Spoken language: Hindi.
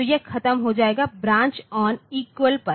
तो यह खत्म हो जाएगा ब्रांचऑन इक्वल टू पर